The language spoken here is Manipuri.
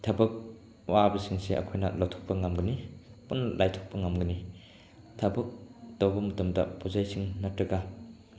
ꯊꯕꯛ ꯋꯥꯕꯁꯤꯡꯁꯦ ꯑꯩꯈꯣꯏꯅ ꯂꯥꯏꯊꯣꯛꯄ ꯉꯝꯒꯅꯤ ꯄꯨꯟꯅ ꯂꯥꯏꯊꯣꯛꯄ ꯉꯝꯒꯅꯤ ꯊꯕꯛ ꯇꯧꯕ ꯃꯇꯝꯗ ꯄꯣꯠ ꯆꯩꯁꯤꯡ ꯅꯠꯇꯔꯒ